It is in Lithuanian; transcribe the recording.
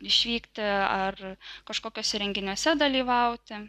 išvykti ar kažkokiuose renginiuose dalyvauti